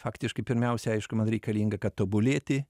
faktiškai pirmiausia aišku man reikalinga kad tobulėti